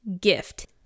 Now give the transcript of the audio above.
gift